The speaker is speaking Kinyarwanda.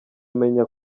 menya